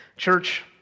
Church